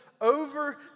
over